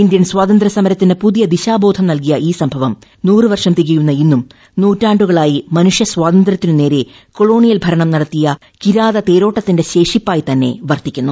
Indian സ്വാതന്ത്രൃസമരത്തിന് പുതിയ ദിശാബോധം നൽകിയ ഈ സംഭവം നൂറ് വർഷം തികയുന്ന ഇന്നും നൂറ്റാണ്ടുകളായിട്ട് മനുഷ്യ സ്വാതന്ത്ര്യത്തിനു നേരെ കൊളോണിയൽ ഭരണം നടത്തിയിട്ട് കിരാത തേരോട്ടത്തിന്റെ ശേഷിപ്പായി തന്നെ വർത്തിക്കുന്നു